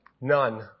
none